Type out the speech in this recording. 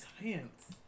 science